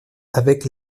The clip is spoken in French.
avec